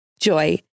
Joy